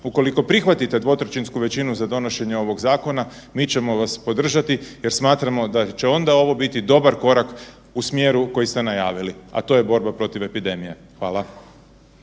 ukoliko prihvatite dvotrećinsku većinu za donošenje ovog zakona, mi ćemo vas podržati jer smatramo da će onda ovo biti dobar korak u smjeru koji ste najavili, a to je borba protiv epidemije. Hvala.